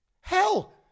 Hell